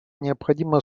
необходимо